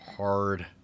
hard